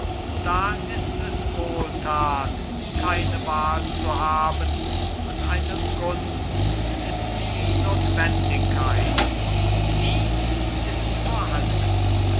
da ist es wohltat keine wahl zu haben und eine gunst ist die notwendigkeit die ist vorhanden